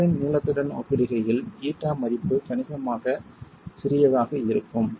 சுவரின் நீளத்துடன் ஒப்பிடுகையில் ஈட்டா மதிப்பு கணிசமாக சிறியதாக இருக்கும்